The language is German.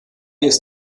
ist